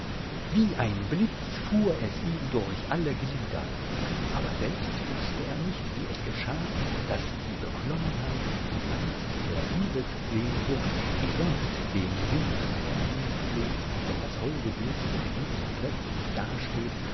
wie ein blitz fuhr es ihm durch alle glieder aber selbst wußte er nicht wie es geschah daß die beklommenheit die angst der liebessehnsucht die sonst den sinn zu lähmen pflegt wenn das holde bild der geliebten plötzlich dasteht